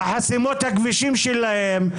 בחסימות הכבישים שלהם,